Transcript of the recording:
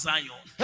Zion